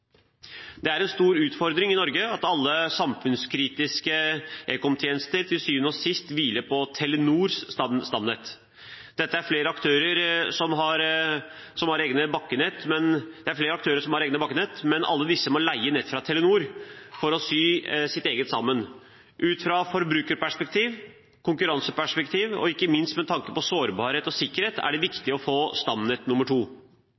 Det er en stor utfordring i Norge at alle samfunnskritiske ekomtjenester til syvende og sist hviler på Telenors stamnett. Det er flere aktører som har egne bakkenett, men alle disse må leie nett av Telenor for å sy sitt eget nett sammen. Ut fra et forbrukerperspektiv, et konkurranseperspektiv og ikke minst med tanke på sårbarhet og sikkerhet er det viktig å få et stamnett nummer to.